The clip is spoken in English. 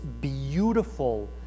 beautiful